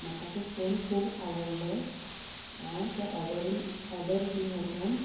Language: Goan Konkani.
म्हाका तो फोन खूब आवडलो हांव त्या ऑर्डरीन ऑर्डर हितून वचोन